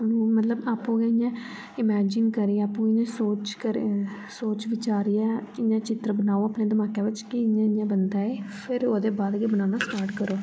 मतलब आपूं गै इयां इमैजिन करियै आपूं इ'यै सोच कर सोच बचारियै इयां चित्र बनाओ अपने दमाका बिच्च के इयां इयां बनदा ऐ फेर ओह्दे बाद गै बनाना स्टार्ट करो